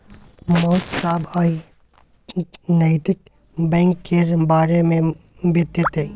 मास्साब आइ नैतिक बैंक केर बारे मे बतेतै